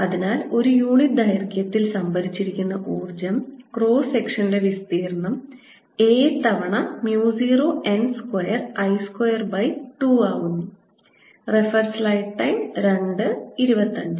അതിനാൽ ഒരു യൂണിറ്റ് ദൈർഘ്യത്തിൽ സംഭരിച്ചിരിക്കുന്ന ഊർജ്ജം ക്രോസ് സെക്ഷന്റെ വിസ്തീർണ്ണം a തവണ mu 0 n square I square by 2 ആകുന്നു